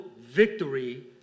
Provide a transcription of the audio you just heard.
victory